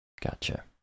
Gotcha